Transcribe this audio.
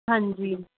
ਹਾਂਜੀ